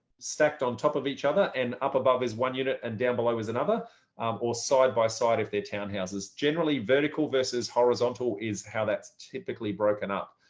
stacked on top of each other and up above is one unit and down below is another or side by side if they're townhouses. generally vertical versus horizontal is how that's typically broken up.